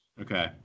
Okay